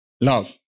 Love